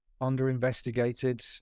under-investigated